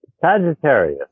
Sagittarius